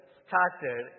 started